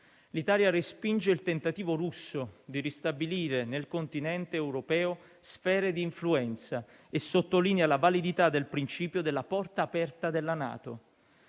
L'Italia respinge il tentativo russo di ristabilire nel continente europeo sfere di influenza e sottolinea la validità del principio della porta aperta della NATO.